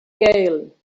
gale